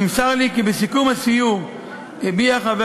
נמסר לי כי בסיכום הסיור הביע חבר